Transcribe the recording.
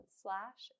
slash